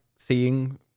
seeing